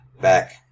Back